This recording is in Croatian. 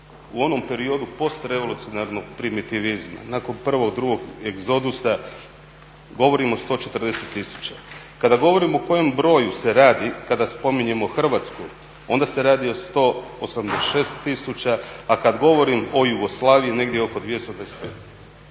u onom periodu post revolucionarnog primitivizma nakon prvog, drugog egzodusa, govorim o 140 tisuća. Kada govorim o kojem broju se radi kada spominjemo Hrvatsku, onda se radi o 186 tisuća, a kad govorim o Jugoslaviji, negdje oko 225.